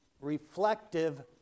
reflective